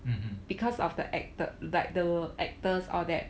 mmhmm